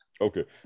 Okay